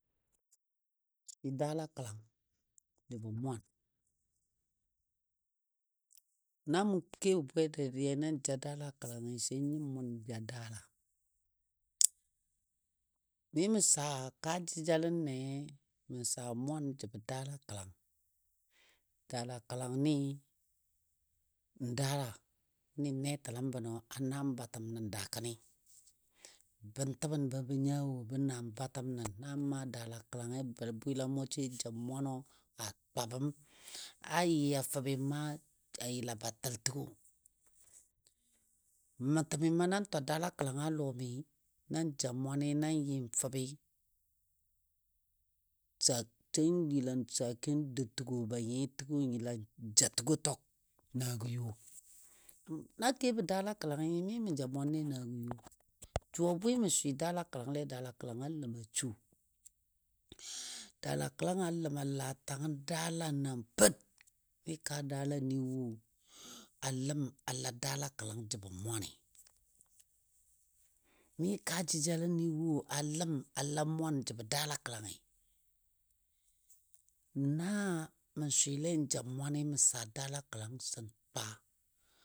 Mə swɨ daala kəlang jəbo mwan. Na mou kebɔ bwe dadiyai na ja daala kəlangi sai nyim mʊn ja daala. Mi mə saa kan jəjalənne mə saa mwan jəbɔ daala kəlang, daala kəlangni n daalani netəlam bənɔ a naam batəm nən dakəni. Bən təbən ba bə nya wo bə naam batəm nən, nan maa daala kəlangɨ bari sai bwɨlamɔ sai ja mwano a twabəm a yɨ a fəbi maa a yəla ba təl təgo. Mə təmi ma nan twa daala kəlang a lɔmi, nan ja mwanɔ nan yɨn fəbi sake sai n yəlan saken dou təgɔ ban yɨ təgo yəlan ja təgo tag nagə yo. Na kebɔ daala kəlangɨ mi mə ja mwane nagə yo. Jʊ a bwɨ mə swɨ daala kəlanglei daala kəlanga ləm a su, daala kəlangə a ləm a laa tangən daala nam pər. Mi kaa daalani wo a la mwan jəbɔ daala kəlangɨ. Na mə swɨlen ja mwani mə saa daala kəlang sən twa.